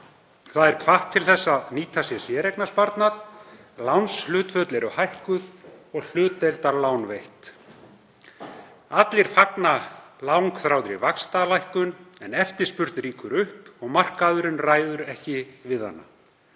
Það er hvatt til þess að nýta sér séreignarsparnað. Lánshlutföll eru hækkuð og hlutdeildarlán veitt. Allir fagna langþráðri vaxtalækkun en eftirspurn rýkur upp og markaðurinn ræður ekki við hana.